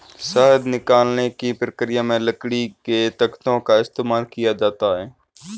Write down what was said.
शहद निकालने की प्रक्रिया में लकड़ी के तख्तों का इस्तेमाल किया जाता है